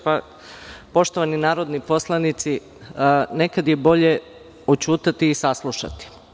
Poštovani narodni poslanici, nekad je bolje oćutati i saslušati.